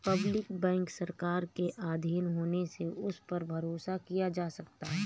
public bank सरकार के आधीन होने से उस पर भरोसा किया जा सकता है